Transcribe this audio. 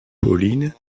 pauline